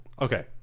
okay